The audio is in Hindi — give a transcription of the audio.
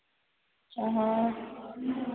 हाँ हाँ